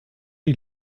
die